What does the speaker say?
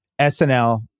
SNL